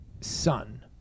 son